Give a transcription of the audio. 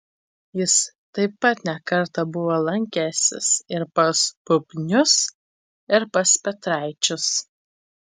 jis taip pat ne kartą buvo lankęsis ir pas bubnius ir pas petraičius